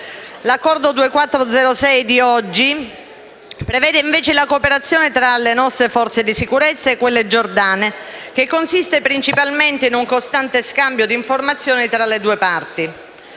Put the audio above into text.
legge n. 2406, prevede invece la cooperazione tra le nostre forze di sicurezza e quelle giordane, che consiste principalmente in un costante scambio di informazioni tra le due parti.